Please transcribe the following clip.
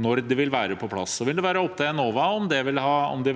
når det vil være på plass. Så vil det være opp til Enova om det